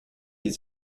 die